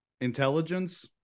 intelligence